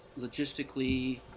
logistically